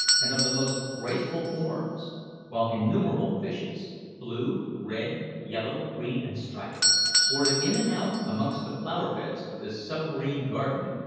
and of the most graceful forms while innumerable fishes blue, red, yellow, green, and striped sported in and out amongst the flower-beds of this submarine garden,